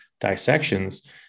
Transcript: dissections